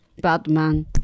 Batman